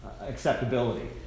acceptability